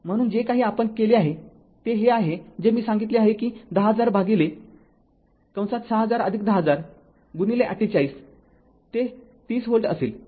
म्हणूनजे काही आपण केले आहे ते हे आहे जे मी सांगितले आहे की १०००० भागिले ६०००१०००० गुणिले ४८ ते ३० व्होल्ट असेल